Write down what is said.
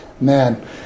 man